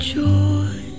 joy